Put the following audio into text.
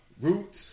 roots